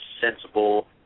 sensible